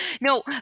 no